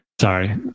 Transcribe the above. Sorry